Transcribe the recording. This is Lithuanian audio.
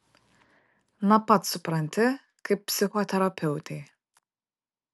na pats supranti kaip psichoterapeutei